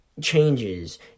changes